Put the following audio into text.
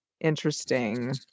interesting